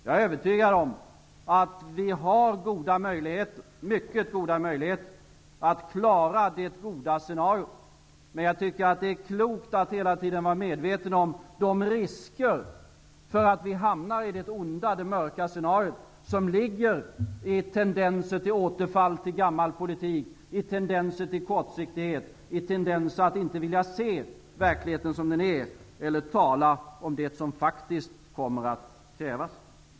Jag är övertygad om att vi har mycket goda möjligheter att klara det goda scenariot. Men jag tycker att det är klokt att hela tiden vara medveten om de risker för att vi hamnar i det mörka, det onda scenariot som ligger i tendenser till återfall i gammal politik, i tendenser till kortsiktighet och i tendenser att inte vilja se verkligheten som den är eller tala om det som faktiskt kommer att krävas.